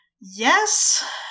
Yes